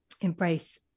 embrace